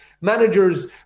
Managers